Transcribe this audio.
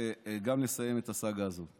וגם לסיים את הסאגה הזאת.